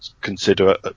consider